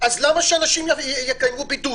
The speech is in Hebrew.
למה שאנשים יקיימו בידוד?